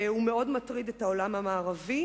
והוא מאוד מטריד את העולם המערבי,